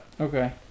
Okay